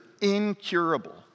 incurable